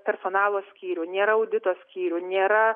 personalo skyrių nėra audito skyrių nėra